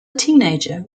teenager